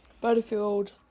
Battlefield